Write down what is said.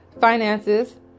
finances